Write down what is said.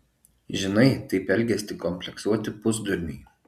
žinai taip elgiasi tik kompleksuoti pusdurniai